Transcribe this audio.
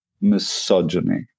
misogyny